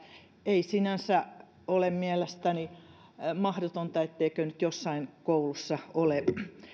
ei sinänsä ole mielestäni mahdotonta etteikö nyt jossain koulussa ole